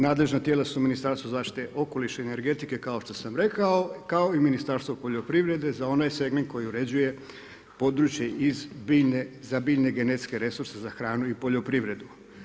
Nadležna tijela su Ministarstvo zaštite okoliša i energetike kao što sam rekao kao i Ministarstvo poljoprivrede za onaj segment koji uređuje područje za bilje genetske resurse za hranu i poljoprivredu.